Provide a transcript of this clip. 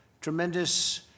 tremendous